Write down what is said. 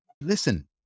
listen